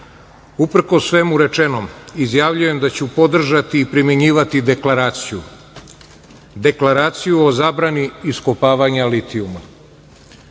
svemu rečenom, izjavljujem da ću podržati i primenjivati deklaraciju, deklaraciju o zabrani iskopavanja litijuma,